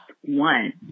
one